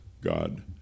God